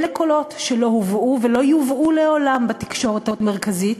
אלה קולות שלא הובאו ולא יובאו לעולם בתקשורת המרכזית,